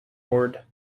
ward